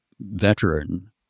veteran